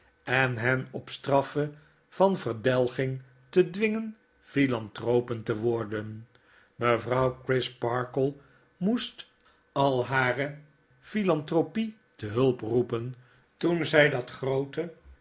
en hen op straffe van verdelging te dwingenphilanthropen te worden mevrouw crisparkle moest al hare philanthropic te hulp roepen toen zy dat groote